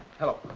hello.